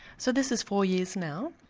so this is four years now.